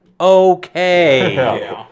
okay